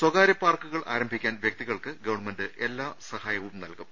സ്വകാര്യപാർക്കുകൾ ആരംഭിക്കാൻ വ്യക്തികൾക്ക് ഗവൺമെന്റ് എല്ലാ സഹായവും നൽകും